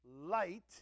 Light